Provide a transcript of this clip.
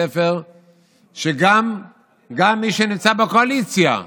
ספר שגם מי שנמצא בקואליציה אמר: